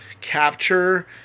capture